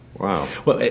wow. well,